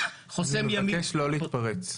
אני מבקש לא להתפרץ.